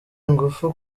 ngufu